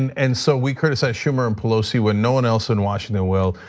and so we criticize schumer and pelosi when no one else in washington. well,